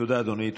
תודה, אדוני.